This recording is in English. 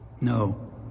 no